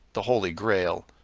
the holy grail,